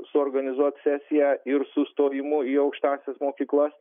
suorganizuot sesiją ir su stojimu į aukštąsias mokyklas